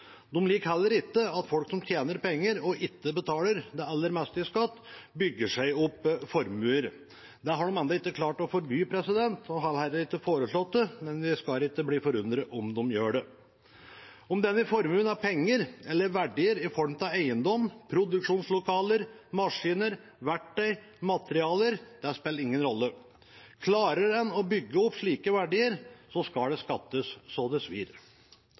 De liker heller ikke at folk som tjener penger og ikke betaler det aller meste i skatt, bygger seg opp formuer. Det har de ennå ikke klart å forby, og de har heller ikke foreslått det, men vi skal ikke bli forundret om de gjør det. Om denne formuen er penger eller verdier i form av eiendom, produksjonslokaler, maskiner, verktøy, materialer – det spiller ingen rolle. Klarer en å bygge opp slike verdier, skal det skattes så